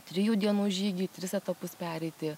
trijų dienų žygį tris etapus pereiti